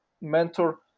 mentor